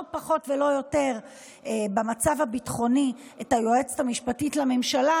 הביטחוני לא פחות ולא יותר את היועצת המשפטית לממשלה,